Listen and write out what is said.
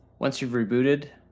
once you've rebooted,